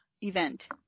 event